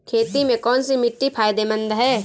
खेती में कौनसी मिट्टी फायदेमंद है?